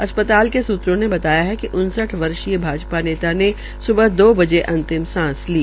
अस् ताल के सत्रों ने बताया कि उनसठ वर्षीय भाज ा नेता ने सुबह दो बजे अंतिम सांस ती